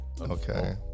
Okay